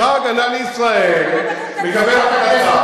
צבא-הגנה לישראל מקבל החלטה,